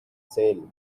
sale